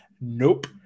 nope